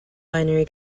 binary